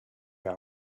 have